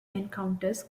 encounters